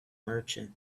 merchant